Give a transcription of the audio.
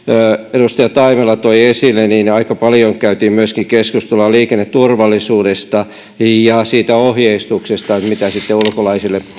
edustaja taimela toi esille aika paljon käytiin myöskin keskustelua liikenneturvallisuudesta ja siitä ohjeistuksesta mitä ulkolaisille sitten